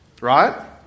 Right